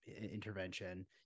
intervention